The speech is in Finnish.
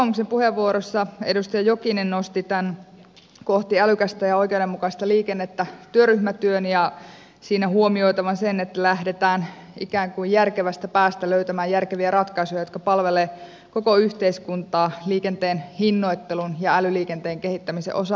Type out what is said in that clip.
kokoomuksen puheenvuorossa edustaja jokinen nosti esiin tämän kohti oikeudenmukaista ja älykästä liikennettä työryhmän työn ja totesi siinä huomioitavan sen että lähdetään ikään kuin järkevästä päästä löytämään järkeviä ratkaisuja jotka palvelevat koko yhteiskuntaa liikenteen hinnoittelun ja älyliikenteen kehittämisen osalta